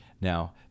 Now